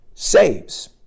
saves